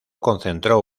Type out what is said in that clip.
concentró